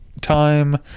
time